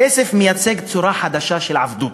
הכסף מייצג צורה חדשה של עבדות